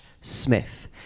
smith